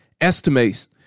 estimates